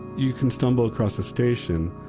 you can stumble across the station.